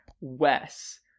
wes